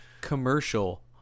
commercial